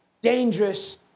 dangerous